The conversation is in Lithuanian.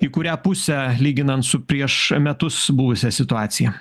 į kurią pusę lyginant su prieš metus buvusia situacija